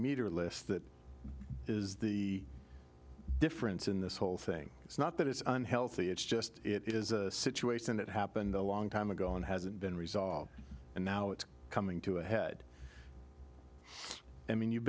meter lifts that is the difference in this whole thing it's not that it's unhealthy it's just it is a situation that happened a long time ago and hasn't been resolved and now it's coming to a head i mean you've